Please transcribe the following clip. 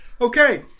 okay